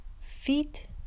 feet